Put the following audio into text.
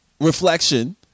reflection